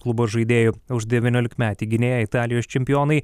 klubo žaidėju už devyniolikmetį gynėją italijos čempionai